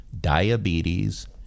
diabetes